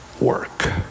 work